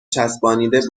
چسبانیده